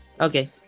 okay